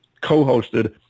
co-hosted